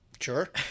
sure